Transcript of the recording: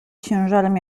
ciężarem